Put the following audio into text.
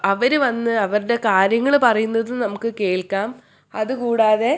അവർ വന്ന് അവരുടെ കാര്യങ്ങൾ പറയുന്നത് നമുക്ക് കേൾക്കാം അതുകൂടാതെ